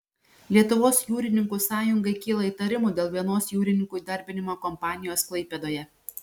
lietuvos jūrininkų sąjungai kyla įtarimų dėl vienos jūrininkų įdarbinimo kompanijos klaipėdoje